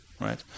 right